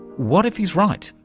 what if he's right?